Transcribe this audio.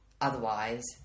otherwise